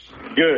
good